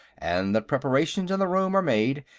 and that preparations in the room are made,